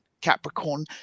Capricorn